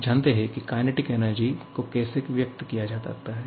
आप जानते है की काइनेटिक ऊर्जा को कैसे व्यक्त किया जा सकता है